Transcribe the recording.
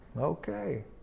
Okay